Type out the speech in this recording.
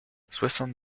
soixante